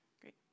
Great